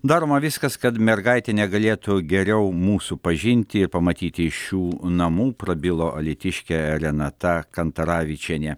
daroma viskas kad mergaitė negalėtų geriau mūsų pažinti ir pamatyti šių namų prabilo alytiškė renata kantaravičienė